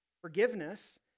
Forgiveness